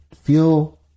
Feel